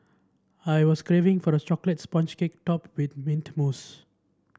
I was craving for a chocolate sponge cake topped with mint mousse